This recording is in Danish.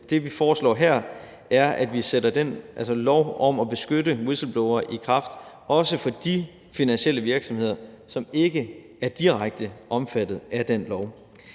det, vi foreslår her, at vi sætter den lov om at beskytte whistleblowere i kraft også for de finansielle virksomheder, som ikke er direkte omfattet af den lov.